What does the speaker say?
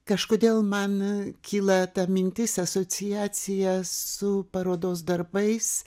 kažkodėl man kyla ta mintis asociacija su parodos darbais